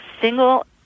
single